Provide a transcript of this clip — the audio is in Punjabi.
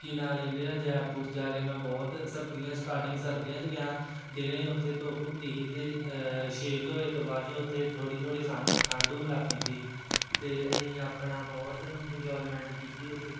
ਕੀ ਨਾਂ ਲੈਂਦੇ ਆ ਜੈਪੁਰ ਜਾ ਕੇ ਮੈਂ ਬਹੁਤ ਸਰਦੀਆਂ ਸਟਾਰਟਿੰਗ ਸਰਦੀਆਂ 'ਚ ਗਿਆ ਦਿਨੇ ਉਥੇ ਧੁੱਪ ਹੁੰਦੀ ਸੀ ਅਤੇ ਛੇ ਕੁ ਵਜੇ ਤੋਂ ਬਾਅਦ 'ਚ ਉੱਥੇ ਥੋੜ੍ਹੀ ਥੋੜ੍ਹੀ ਠ ਠੰਡ ਹੋਣ ਲੱਗ ਪੈਂਦੀ ਅਤੇ ਅਸੀਂ ਆਪਣਾ ਬਹੁਤ ਇੰਨਜੋਮੈਂਟ ਕੀਤੀ ਉੱਥੇ